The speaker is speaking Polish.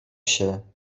się